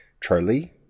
Charlie